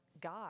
God